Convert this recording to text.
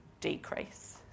decrease